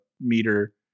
meter